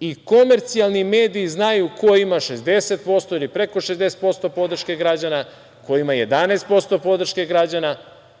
I komercijalni mediji znaju ko ima 60% ili preko 60% podrške građana, ko ima 11% podrške građana,